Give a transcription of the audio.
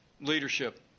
leadership